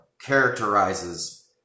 characterizes